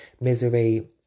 Misery